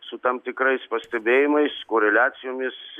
su tam tikrais pastebėjimais koreliacijomis